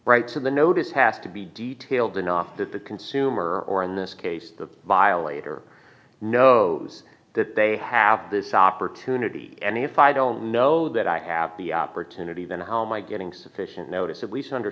right from the notice has to be detailed enough that the consumer or in this case the violator knows that they have this opportunity and if i don't know that i have the opportunity then how my getting sufficient notice at least under